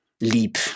leap